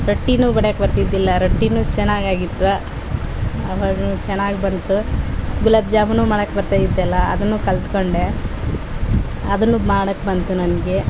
ರೊಟ್ಟಿನೂ ಬಡಿಯೋಕ್ ಬರ್ತಿದ್ದಿದು ಇಲ್ಲಾ ರೊಟ್ಟಿ ಚೆನ್ನಾಗ್ ಆಗಿತ್ತು ಆಮೇಲೆ ಚೆನ್ನಾಗ್ ಬಂತು ಗುಲಾಬ್ ಜಾಮೂನು ಮಾಡೋಕ್ ಬರ್ತಾ ಇದ್ದಿಲ್ಲಾ ಅದನ್ನು ಕಲಿತ್ಕೊಂಡೆ ಅದನ್ನು ಮಾಡೋಕ್ ಬಂತು ನನಗೆ